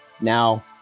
now